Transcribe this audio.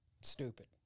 stupid